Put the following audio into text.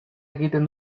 egiten